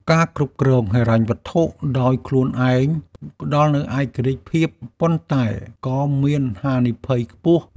ការគ្រប់គ្រងហិរញ្ញវត្ថុដោយខ្លួនឯង ផ្តល់នូវឯករាជ្យភាព ប៉ុន្តែក៏មានហានិភ័យខ្ពស់។